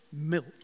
milk